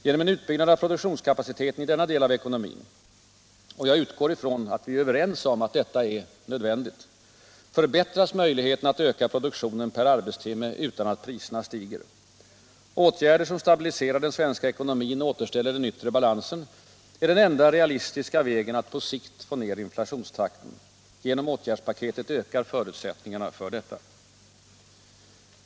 Genom en utbyggnad av produktionskapaciteten i denna del av ekonomin — och jag utgår från att vi är överens om att detta är nödvändigt — förbättras möjligheterna att öka produktionen per arbetstimme utan att priserna stiger. Åtgärder som stabiliserar den svenska ekonomin och återställer den yttre balansen är den enda realistiska vägen att på sikt få ner inflationstakten. Genom åtgärdspaketet ökar förutsättningarna för detta.